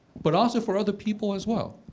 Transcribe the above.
but also for other people as well.